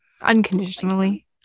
unconditionally